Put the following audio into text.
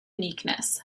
uniqueness